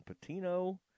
Patino